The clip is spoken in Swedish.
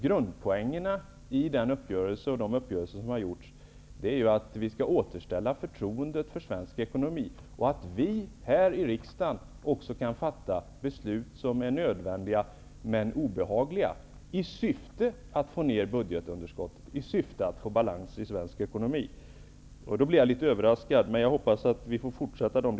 Grundpoängerna i uppgörelserna som har gjorts är att vi skall återställa förtroendet för svensk ekonomi, och att vi här i riksdagen kan fatta beslut som är nödvändiga men också obehagliga i syfte att få ned budgetunderskottet och få balans i svensk ekonomi. Jag blir litet överraskad.